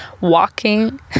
walking